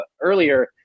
earlier